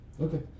Okay